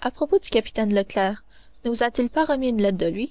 à propos du capitaine leclère ne vous a-t-il pas remis une lettre de lui